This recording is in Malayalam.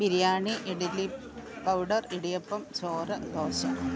ബിരിയാണി ഇഡലി പൗഡർ ഇടിയപ്പം ചോറ് ദോശ